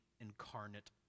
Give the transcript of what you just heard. incarnate